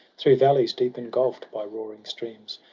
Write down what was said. through valleys deep-engulph'd, by roaring streams.